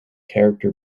character